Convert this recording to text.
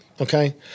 okay